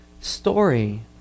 story